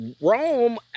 rome